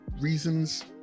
reasons